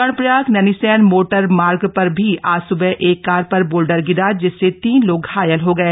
कर्णप्रयाग नैनीसैंण मोटरमार्ग पर भी आज सुबह एक कार पर बोल्डर गिरा जिससे तीन लोग घायल हो गए